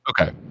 Okay